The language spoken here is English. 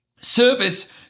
Service